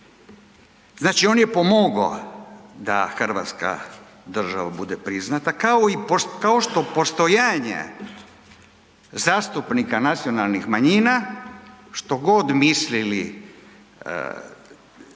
Znači on je pomogao da hrvatska država bude priznata kao što postojanja zastupnika nacionalnih manjina, što god mislili razni